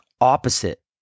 opposite